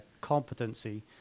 competency